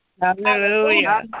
Hallelujah